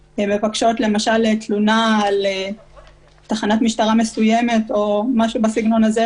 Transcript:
למשל תלונה על תחנת משטרה מסוימת או משהו בסגנון הזה,